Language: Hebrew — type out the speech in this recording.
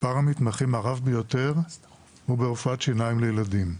מספר המתמחים הרב ביותר הוא ברפואת שיניים לילדים,